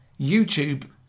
YouTube